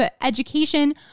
education